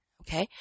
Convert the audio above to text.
okay